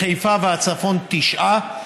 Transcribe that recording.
בחיפה והצפון תשעה,